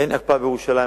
אין הקפאה בירושלים,